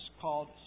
called